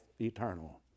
eternal